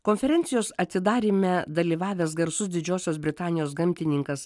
konferencijos atidaryme dalyvavęs garsus didžiosios britanijos gamtininkas